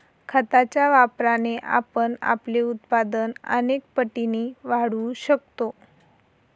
खताच्या वापराने आपण आपले उत्पादन अनेक पटींनी वाढवू शकतो